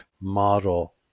model